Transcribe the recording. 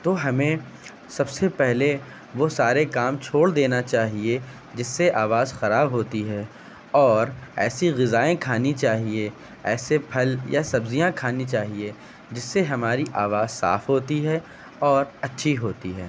تو ہمیں سب سے پہلے وہ سارے کام چھوڑ دینا چاہیے جس سے آواز خراب ہوتی ہے اور ایسی غذائیں کھانی چاہیے ایسے پھل یا سبزیاں کھانی چاہیے جس سے ہماری آواز صاف ہوتی ہے اور اچھی ہوتی ہے